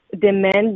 demand